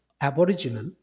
Aboriginal